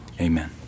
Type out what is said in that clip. Amen